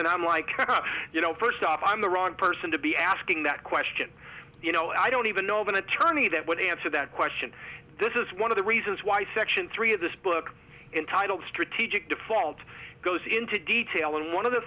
and i'm like you know first off i'm the wrong person to be asking that question you know i don't even know of an attorney that would answer that question which is one of the reasons why section three of this book is entitled strategic default goes into detail and one of the